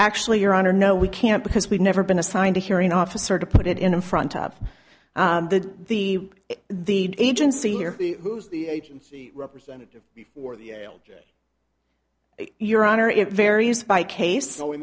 actually your honor no we can't because we've never been assigned a hearing officer to put it in front of the the the agency here who's the agency representative before the your honor it varies by case